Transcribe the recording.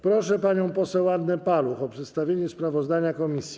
Proszę panią poseł Annę Paluch o przedstawienie sprawozdania komisji.